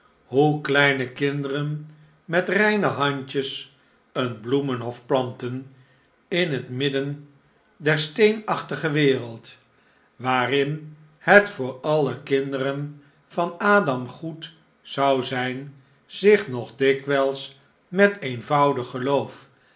hoe kleine kinderen met reine handjes een bloemenhof planten in het midden der steenachtige wereld waarin het voor alle kinderen van adam goed zou zijn zich nog dikwijls met eenvoudig geloof